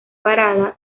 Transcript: parada